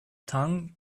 tongue